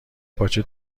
پاچه